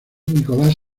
nicolás